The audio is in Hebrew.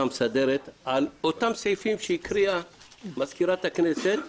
המסדרת על אותם סעיפים שהקריאה מזכירת הכנסת.